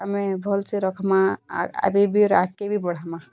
ଆମେ ଭଲ୍ସେ ରଖ୍ମା ଆର୍ ଏବେ ବି ଅର୍ ଆଗ୍କେ ବି ବଢ଼୍ମାଁ